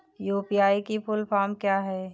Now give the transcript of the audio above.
UPI की full form क्या है?